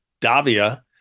DAVIA